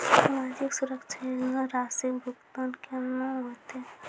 समाजिक सुरक्षा योजना राशिक भुगतान कूना हेतै?